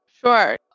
Sure